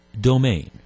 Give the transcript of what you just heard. domain